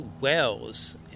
wells